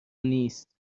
نیست